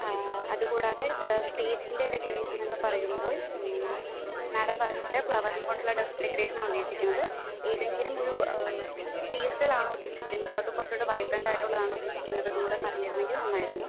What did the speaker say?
അത് കൂടാതെ സ്റ്റേജിൻ്റെ ഡെക്കറേഷൻ എന്ന് പറയുമ്പോൾ മാഡം പറഞ്ഞതുപോലെ ഫ്ലവർ കൊണ്ടുള്ള ഡെക്കറേഷൻ ആണോ ഉദ്ദേശിക്കുന്നത് ഏതെങ്കിലും ഒരു പേസ്റ്റൽ ആണോ ഉദ്ദേശിക്കുന്നത് അതോ കുറച്ച് കൂടെ വൈബ്രൻറ് ആയിട്ടുള്ളതാണോ ഉദ്ദേശിക്കുന്നതെന്നുകൂടെ പറഞ്ഞിരുന്നെങ്കിൽ നന്നായിരുന്നു